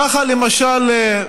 ככה, למשל,